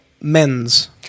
men's